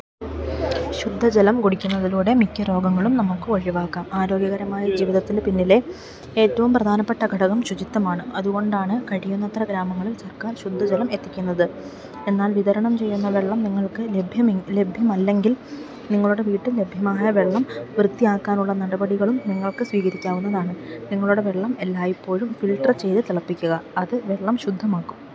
ശുദ്ധജലം കുടിക്കുന്നതിലൂടെ മിക്ക രോഗങ്ങളും നമുക്ക് ഒഴിവാക്കാം ആരോഗ്യകരമായ ജീവിതത്തിൻ്റെ പിന്നിലെ ഏറ്റവും പ്രധാനപ്പെട്ട ഘടകം ശുചിത്വമാണ് അതുകൊണ്ടാണ് കഴിയുന്നത്ര ഗ്രാമങ്ങളിൽ സർക്കാർ ശുദ്ധജലം എത്തിക്കുന്നത് എന്നാൽ വിതരണം ചെയ്യുന്ന വെള്ളം നിങ്ങൾക്ക് ലഭ്യമല്ലെങ്കിൽ നിങ്ങളുടെ വീട്ടിൽ ലഭ്യമായ വെള്ളം വൃത്തിയാക്കാനുള്ള നടപടികളും നിങ്ങൾക്ക് സ്വീകരിക്കാവുന്നതാണ് നിങ്ങളുടെ വെള്ളം എല്ലായ്പ്പോഴും ഫിൽറ്റർ ചെയ്ത് തിളപ്പിക്കുക അത് വെള്ളം ശുദ്ധമാക്കും